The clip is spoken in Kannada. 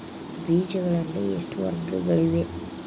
ಬೇಜಗಳಲ್ಲಿ ಎಷ್ಟು ವರ್ಗಗಳಿವೆ?